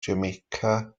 jamaica